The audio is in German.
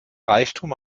reichtum